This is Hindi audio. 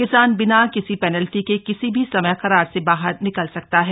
किसान बिना किसी पेनल्टी के किसी भी समय करार से बाहर निकल सकता है